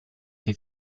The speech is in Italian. che